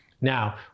now